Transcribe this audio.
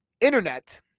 internet